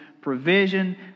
provision